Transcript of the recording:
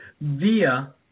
via